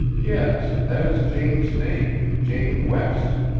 yes. that is jane's name jane west.